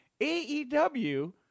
AEW